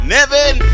Nevin